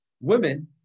Women